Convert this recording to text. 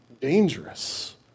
dangerous